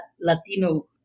Latino